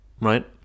right